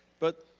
but